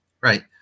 right